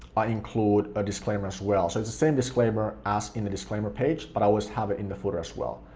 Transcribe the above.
i include a disclaimer as well. so it's the same disclaimer as in the disclaimer page, but i always have it in the footer as well.